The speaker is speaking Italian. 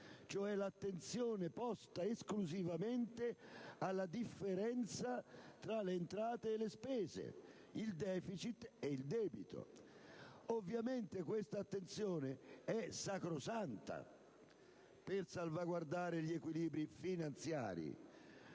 cui l'attenzione è posta esclusivamente alla differenza tra le entrate e le spese, il *deficit* e il debito. Ovviamente questa attenzione è sacrosanta per salvaguardare gli equilibri finanziari;